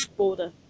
border